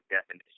definition